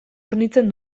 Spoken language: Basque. hornitzen